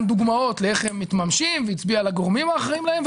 דוגמאות איך הם מתממשים והצביע על הגורמים האחראים להם,